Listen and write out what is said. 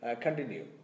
continue